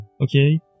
okay